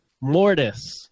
Mortis